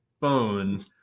phone